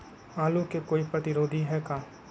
आलू के कोई प्रतिरोधी है का?